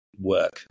work